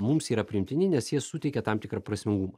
mums yra priimtini nes jie suteikia tam tikrą prasmingumą